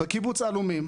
בקיבוץ עלומים.